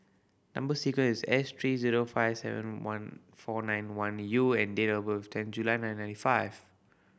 number sequence is S three zero five seven one four nine one U and date of birth is ten July nineteen fifty five